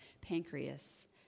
pancreas